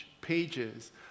pages